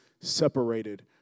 separated